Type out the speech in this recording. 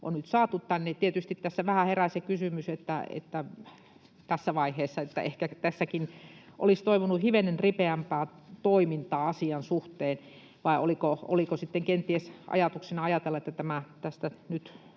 on nyt saatu tänne. Tietysti tässä vaiheessa vähän herää se kysymys, että ehkä tässäkin olisi toivonut hivenen ripeämpää toimintaa asian suhteen — vai oliko sitten kenties ajatuksena, että tämä epidemian